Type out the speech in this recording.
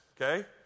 Okay